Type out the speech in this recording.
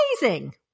amazing